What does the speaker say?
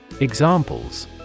Examples